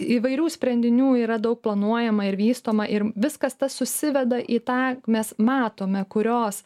įvairių sprendinių yra daug planuojama ir vystoma ir viskas tas susiveda į tą mes matome kurios